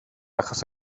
achos